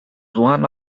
one